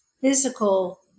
physical